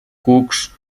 cucs